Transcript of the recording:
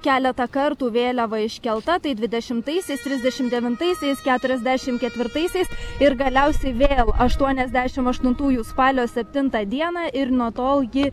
keletą kartų vėliava iškelta tai dvidešimtaisiais trisdešim devintaisiais keturiasdešim ketvirtaisiais ir galiausiai vėl aštuoniasdešim aštuntųjų spalio septintą dieną ir nuo tol ji